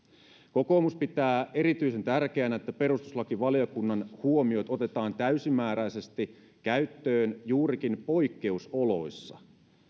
kokoomus pitää erityisen tärkeänä että perustuslakivaliokunnan huomiot otetaan täysimääräisesti käyttöön juurikin poikkeusoloissa